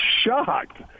shocked